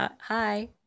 hi